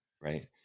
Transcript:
right